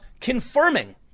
confirming